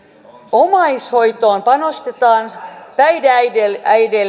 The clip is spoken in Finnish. omaishoitoon panostetaan päihdeäideille